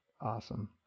Awesome